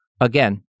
again